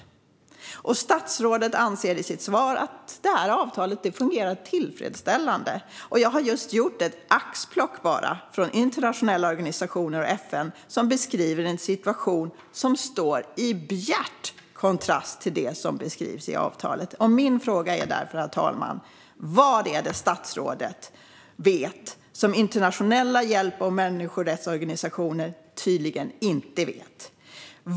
Statsrådet anser i sitt svar att avtalet fungerar tillfredsställande. Jag har just gjort ett axplock från internationella organisationer och FN, som beskriver en situation som står i bjärt kontrast till det som beskrivs i avtalet. Herr ålderspresident! Mina frågor är därför: Vad är det statsrådet vet som internationella hjälp och människorättsorganisationer tydligen inte vet?